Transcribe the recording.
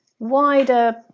wider